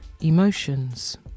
emotions